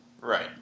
Right